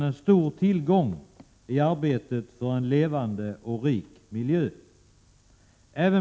Bl.